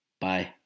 Bye